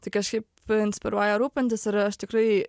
tai kažkaip inspiruoja rūpintis ir aš tikrai